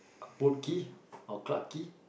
Boat Quay or Clarke Quay